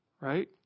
Right